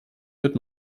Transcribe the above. wird